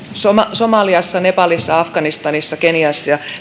somaliassa nepalissa afganistanissa keniassa ja